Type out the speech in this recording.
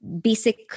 basic